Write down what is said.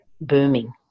booming